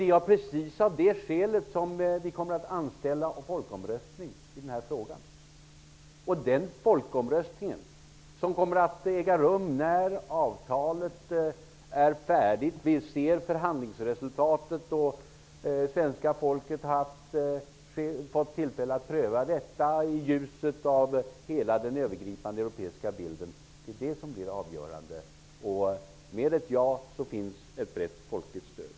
Det är precis av det skälet som det skall vara folkomröstning i frågan. Den folkomröstningen kommer att äga rum när avtalet är färdigt. Vi ser förhandlingsresultatet, och svenska folket får tillfälle att pröva detta i ljuset av hela den övergripande europeiska bilden. Det är det som blir avgörande. Med ett ja finns ett brett folkligt stöd.